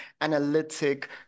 analytic